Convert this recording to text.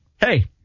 Hey